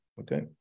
okay